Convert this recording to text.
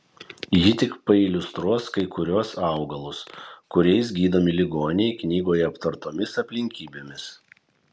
ji tik pailiustruos kai kuriuos augalus kuriais gydomi ligoniai knygoje aptartomis aplinkybėmis